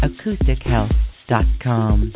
AcousticHealth.com